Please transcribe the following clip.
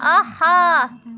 آہا